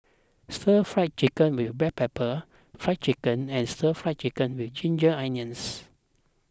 Stir Fried Chicken with Black Pepper Fried Chicken and Stir Fried Chicken with Ginger Onions